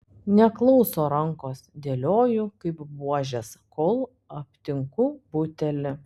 neklauso rankos dėlioju kaip buožes kol aptinku butelį